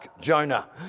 Jonah